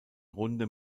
runde